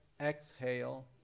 exhale